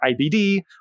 IBD